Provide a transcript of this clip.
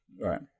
right